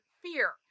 fear